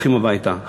הולכים הביתה.